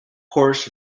chorus